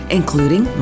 including